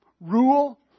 rule